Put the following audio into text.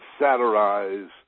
satirize